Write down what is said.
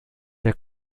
der